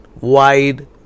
wide